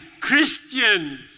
Christians